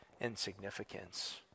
insignificance